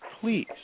please